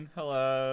Hello